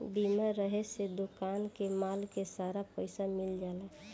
बीमा रहे से दोकान के माल के सारा पइसा मिल जाला